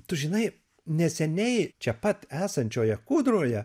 tu žinai neseniai čia pat esančioje kūdroje